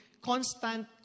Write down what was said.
constant